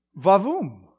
vavum